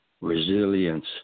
Resilience